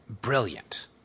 brilliant